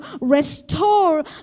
restore